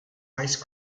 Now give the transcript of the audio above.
ice